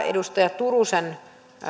edustaja turusen